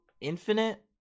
infinite